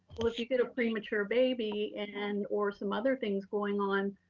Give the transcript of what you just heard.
well if you get a premature baby, and or some other things going on,